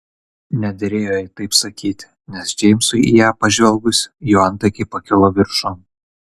nederėjo jai taip sakyti nes džeimsui į ją pažvelgus jo antakiai pakilo viršun